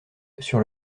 sur